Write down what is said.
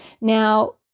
Now